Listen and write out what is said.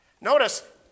Notice